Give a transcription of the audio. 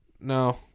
No